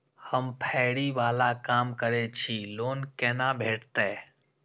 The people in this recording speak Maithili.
हम फैरी बाला काम करै छी लोन कैना भेटते?